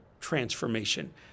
transformation